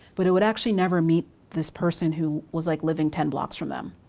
but it would actually never meet this person who was like living ten blocks from them,